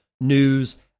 news